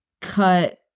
cut